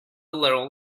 little